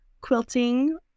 quilting